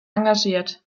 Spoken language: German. engagiert